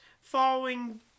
following